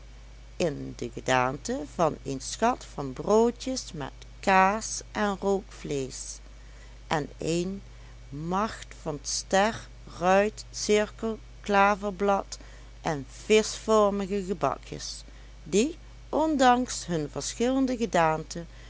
in de gedaante van een schat van broodjes met kaas en rookvleesch en een macht van sterruit cirkel klaverblad en vischvormige gebakjes die ondanks hun verschillende gedaante